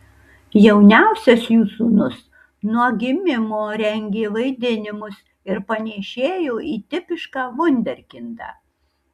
jauniausias jų sūnus nuo gimimo rengė vaidinimus ir panėšėjo į tipišką vunderkindą